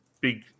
big